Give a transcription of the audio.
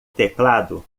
teclado